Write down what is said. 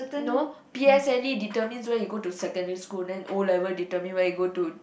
no P_S_L_E determines where you go to secondary school then O-level determine where you go to